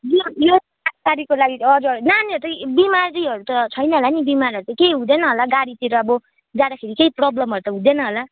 यो यो सात तारिखको लागि हजुर नानीहरू चाहिँ बिमारीहरू त छैन होला नि बिमारहरू त केही हुँदैन होला गाडीतिर अब जाँदाखेरि केही प्रबलमहरू त हुँदैन होला